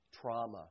trauma